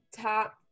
top